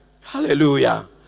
Hallelujah